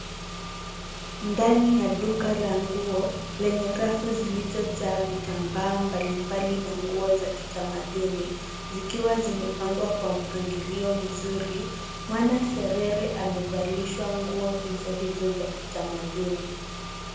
Ndani ya duka la nguo zenye rafu zilizojaa vitambaa mbali mbali na nguo za kitamaduni zikiwa zimepangwa kwa mpangilio mzuri . Mwanaserere amevalishwa nguo hizo hizo za kitamaduni.